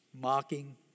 mocking